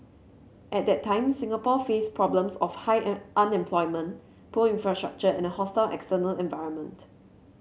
at that time Singapore faced problems of high an unemployment poor infrastructure and a hostile external environment